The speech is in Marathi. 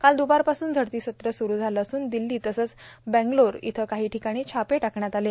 काल द्पारपासून झडती सत्र स्रु झालं असून दिल्ली तसंच बंगळ्रुतल्या काही ठिकाणी छापे टाकण्यात आले